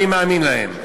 אני מאמין להם.